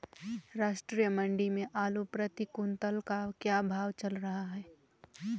राष्ट्रीय मंडी में आलू प्रति कुन्तल का क्या भाव चल रहा है?